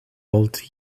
old